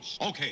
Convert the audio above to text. Okay